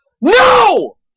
No